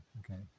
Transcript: okay